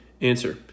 Answer